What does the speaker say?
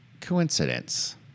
coincidence